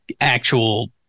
actual